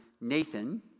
Nathan